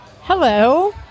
Hello